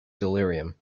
delirium